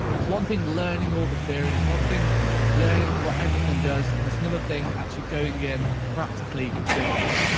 there's one thing learning all the theories, one thing learning what everything does, and there's another thing actually going in and um practically doing it.